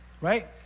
right